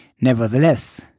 Nevertheless